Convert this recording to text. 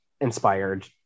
inspired